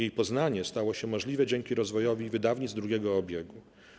Jej poznanie stało się możliwe dzięki rozwojowi wydawnictw drugiego obiegu.